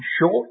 short